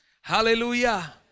Hallelujah